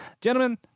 gentlemen